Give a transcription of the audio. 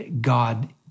God